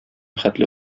хәтле